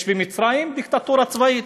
יש במצרים דיקטטורה צבאית,